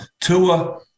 Tua